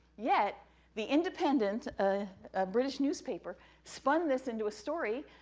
yet the independent ah british newspaper spun this into a story,